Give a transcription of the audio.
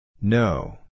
No